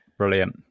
Brilliant